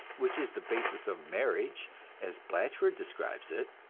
which is the basis of marriage as blatchford describes it.